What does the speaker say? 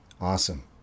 Awesome